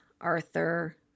Arthur